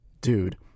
Dude